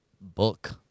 book